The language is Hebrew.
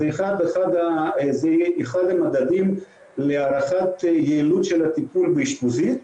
זה יהיה אחד המדדים להערכת יעילות הטיפול באשפוזית,